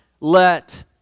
let